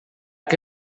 que